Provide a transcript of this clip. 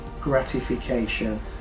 gratification